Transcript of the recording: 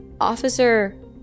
Officer